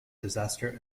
disaster